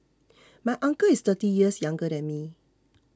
my uncle is thirty years younger than me